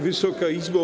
Wysoka Izbo!